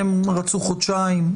הם רצו חודשיים,